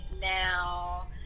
now